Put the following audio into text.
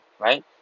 right